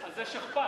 אז זה שכפ"ץ,